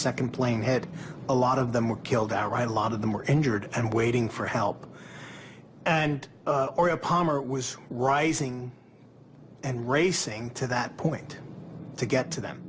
second plane had a lot of them were killed outright a lot of them were injured and waiting for help and or palmer was rising and racing to that point to get to them